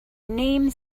name